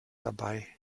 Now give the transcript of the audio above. dabei